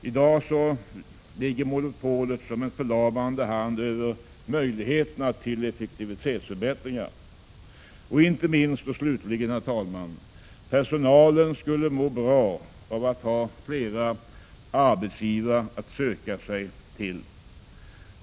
I dag ligger monopolet som en förlamande hand över möjligheterna till effektivitetsförbättringar. Och inte minst, herr talman: Personalen skulle må bra av att ha flera arbetsgivare att söka sig till.